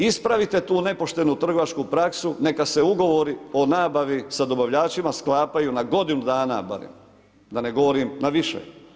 Ispravite tu nepoštenu trgovačku praksu, neka se ugovori o nabavi sa dobavljačima sklapaju na godinu dana barem, da ne govorim na više.